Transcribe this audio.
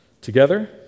Together